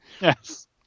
Yes